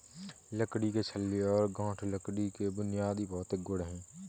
लकड़ी के छल्ले और गांठ लकड़ी के बुनियादी भौतिक गुण हैं